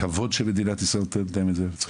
כבוד שמדינת ישראל נותנת להם את זה וצריך